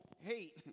hate